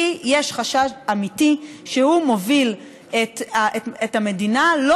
כי יש חשש אמיתי שהוא מוביל את המדינה לא